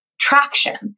traction